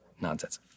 Nonsense